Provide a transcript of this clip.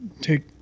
take